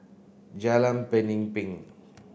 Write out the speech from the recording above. Jalan Pemimpin